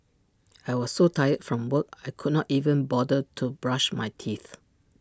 I was so tired from work I could not even bother to brush my teeth